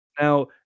Now